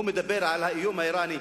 הוא מדבר על האיום האירני.